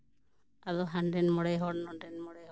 ᱟᱫᱚ ᱦᱟᱱᱰᱮᱱ ᱢᱚᱬᱮ ᱦᱚᱲ ᱱᱚᱰᱮ ᱢᱚᱬᱮ ᱦᱚᱲ